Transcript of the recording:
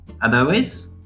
Otherwise